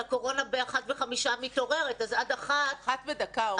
שהקורונה ב-13:05 מתעוררת --- 13:01, אורלי.